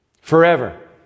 forever